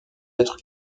être